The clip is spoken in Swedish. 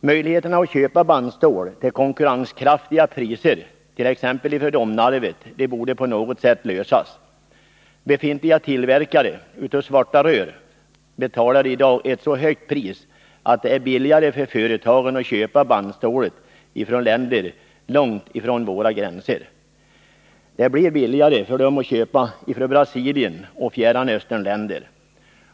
Det borde vara möjligt att köpa bandstål till konkurrenskraftiga priser, t.ex. från Domnarvet. Befintliga tillverkare av ”svarta rör” betalar i dag ett så högt pris att det är billigare för företagen att köpa bandstålet från länder långt från våra gränser. Det blir billigare för dem att köpa från Brasilien och Fjärran Östern-länder.